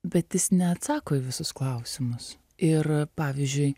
bet jis neatsako į visus klausimus ir pavyzdžiui